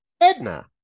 Edna